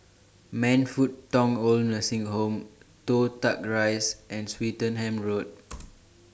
Man Fut Tong Oid Nursing Home Toh Tuck Rise and Swettenham Road